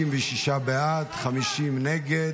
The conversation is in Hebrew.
56 בעד, 50 נגד.